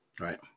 right